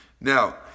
Now